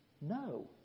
No